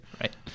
Right